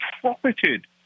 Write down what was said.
profited